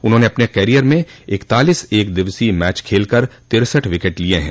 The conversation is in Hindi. उन्होंने अपने कैरियर में इकतालिस एकदिवस मैच खेलकर तिरसठ विकेट लिये हैं